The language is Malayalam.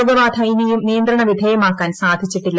രോഗബാധ ഇനിയും നിയന്ത്രണവിധേയമാക്കാൻ സാധിച്ചിട്ടില്ല